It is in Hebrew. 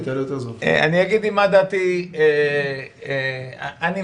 זלזול בערכים הכי סוציאליים שיש כשיוצא אדם לעבודה ביום השביעי בשבוע,